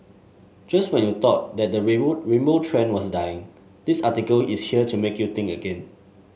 just when you thought that the rainbow trend was dying this article is here to make you think again